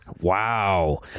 Wow